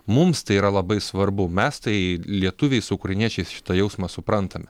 mums tai yra labai svarbu mes tai lietuviai su ukrainiečiais šitą jausmą suprantame